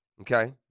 Okay